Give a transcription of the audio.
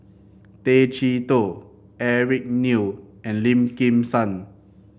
Tay Chee Toh Eric Neo and Lim Kim San